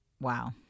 Wow